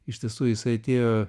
iš tiesų jisai atėjo